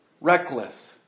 reckless